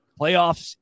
playoffs